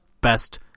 best